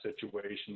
situation